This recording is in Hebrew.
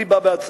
אני בא בהצעה.